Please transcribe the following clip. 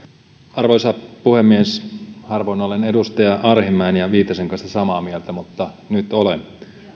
arvoisa puhemies harvoin olen edustaja arhinmäen ja viitasen kanssa samaa mieltä mutta nyt olen